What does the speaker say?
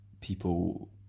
people